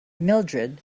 mildrid